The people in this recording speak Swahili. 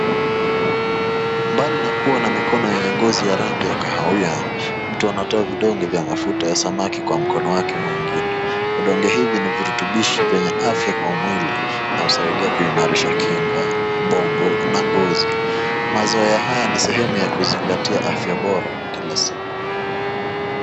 Mbali na kuwa na mikono yenye ngozi ya rangi ya kahawia, mtu anatoa vidonge vya mafuta ya samaki kwa mkono wake mwingine. Vidonge hivi ni virutubishi vyenye afya kwa mwili na husaidia kuimarisha kinga, bongo na ngozi. Mazoea haya ni sehemu ya kuzingatia afya bora kila siku.